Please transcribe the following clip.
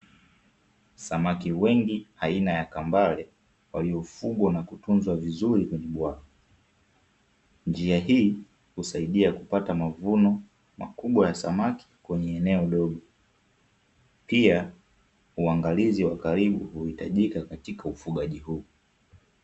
Samaki wengi aina ya kambale waliofugwa na kutunzwa vizuri kwenye bwawa. Njia hii husaidia kupata mavuno makubwa ya samaki kwenye eneo dogo. Pia, uangalizi wa karibu huhitajika katika ufugaji huu.